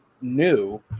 new